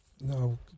No